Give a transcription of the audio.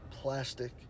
plastic